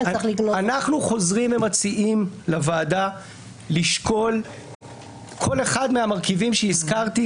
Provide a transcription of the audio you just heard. אנחנו חוזרים ומציעים לוועדה לשקול כל אחד מהמרכיבים שהזכרתי,